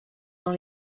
dans